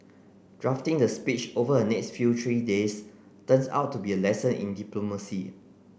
drafting the speech over the next few three days turns out to be a lesson in diplomacy